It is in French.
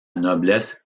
noblesse